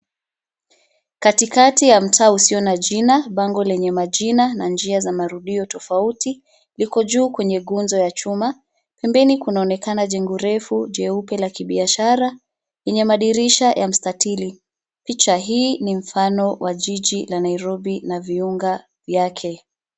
Katikati ya mtaa usio na jina, bango lenye majina na njia za marudio tofauti liko juu kwenye gunzo ya chuma. Pembeni kunaonekana jengo refu jeupe la kibiashara, yenye madirisha ya mstatili. Picha hii ni mfano wa jiji la Nairobi na viunga vyake.